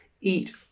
eat